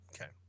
okay